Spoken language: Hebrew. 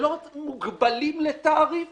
שלא מוגבלים לתעריף